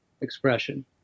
expression